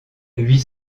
huit